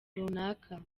runaka